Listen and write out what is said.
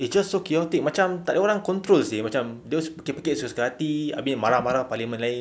it's just so chaotic macam tak ada orang control seh macam those pekik-pekik suka hati abeh marah-marah parliament lain